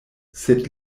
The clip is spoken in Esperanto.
sed